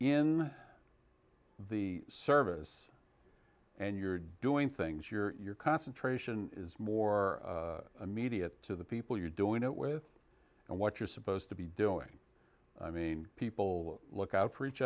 in the service and you're doing things your concentration is more immediate to the people you're doing it with and what you're supposed to be doing i mean people look out for each